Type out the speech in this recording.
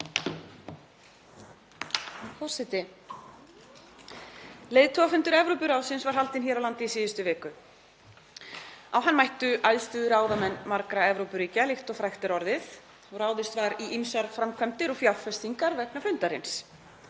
Leiðtogafundur Evrópuráðsins var haldinn hér á landi í síðustu viku. Á hann mættu æðstu ráðamenn margra Evrópuríkja líkt og frægt er orðið og ráðist var í ýmsar framkvæmdir og fjárfestingar vegna fundarins,